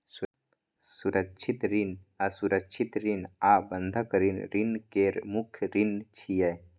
सुरक्षित ऋण, असुरक्षित ऋण आ बंधक ऋण ऋण केर मुख्य श्रेणी छियै